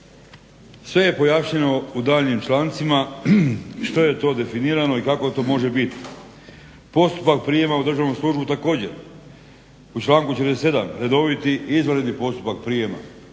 Sve je pojašnjeno u daljnjim člancima što je to definirano i kako to može biti. Postupak prijema u državnu službu također. U članku 47. redoviti izvanredni postupak prijema.